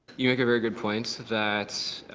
you make a very good point that